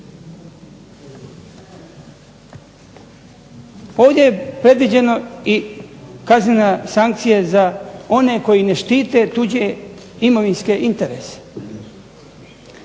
Ovdje je predviđena i kaznena sankcija za one koji ne štite tuđe imovinske interese.